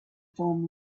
form